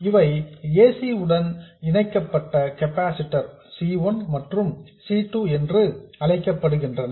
இவை ac உடன் இணைக்கப்பட்ட கெபாசிட்டர்ஸ் C 1 மற்றும் C 2 என்று அழைக்கப்படுகின்றன